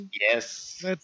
yes